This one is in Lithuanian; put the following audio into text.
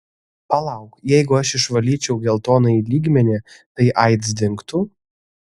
palauk jeigu aš išvalyčiau geltonąjį lygmenį tai aids dingtų